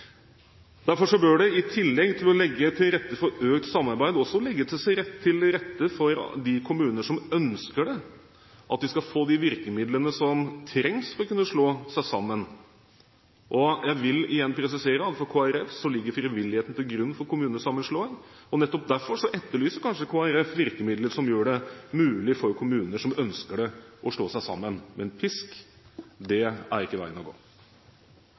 Derfor bør det i tillegg til å legge til rette for økt samarbeid også legges til rette for at de kommuner som ønsker det, skal få de virkemidlene som trengs for å kunne slå seg sammen. Jeg vil igjen presisere at for Kristelig Folkeparti ligger frivilligheten til grunn for kommunesammenslåing. Nettopp derfor etterlyser Kristelig Folkeparti virkemidler som kanskje kan gjøre det mulig for kommuner som ønsker det, å slå seg sammen – men pisk er ikke veien å gå.